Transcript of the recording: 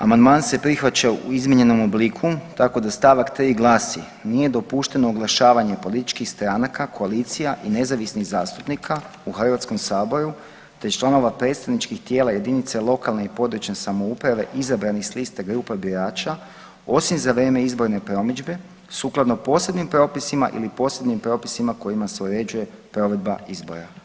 Amandman se prihvaća u izmijenjenom obliku tako da stavak 3. glasi: „Nije dopušteno oglašavanje političkih stranaka, koalicija i nezavisnih zastupnika u Hrvatskom saboru, te iz članova predstavničkih tijela jedinice lokalne i područne samouprave izabranih s lista grupa birača osim za vrijeme izborne promidžbe sukladno posebnim propisima ili posebnim propisima kojima se uređuje provedba izbora.